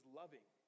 loving